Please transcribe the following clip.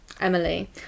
emily